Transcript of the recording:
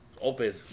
open